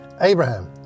Abraham